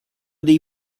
dei